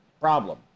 problem